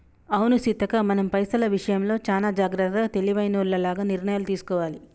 అవును సీతక్క మనం పైసల విషయంలో చానా జాగ్రత్తగా తెలివైనోల్లగ నిర్ణయాలు తీసుకోవాలి